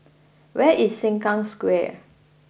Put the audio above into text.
where is Sengkang Square